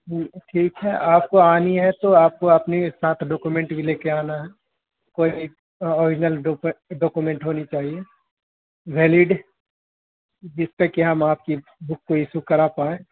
وہ تو ٹھیک ہے آپ کو آنی ہے تو آپ کو اپنے ساتھ ڈکومینٹ بھی لے کے آنا ہے کوئی ایک اوریجنل ڈوکو ڈکومیںٹ ہونی چاہیے ویلڈ جس پہ کہ ہم آپ کی بک کو ایشو کرا پائیں